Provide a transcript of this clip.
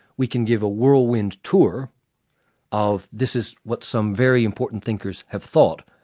we can give a whirlwind tour of, this is what some very important thinkers have thought,